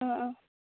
ꯑꯥ ꯑꯥ